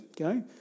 okay